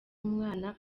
umwana